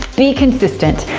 be consistent.